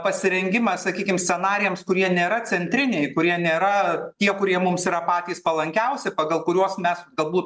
pasirengimą sakykim scenarijams kurie nėra centriniai kurie nėra tie kurie mums yra patys palankiausi pagal kuriuos mes galbūt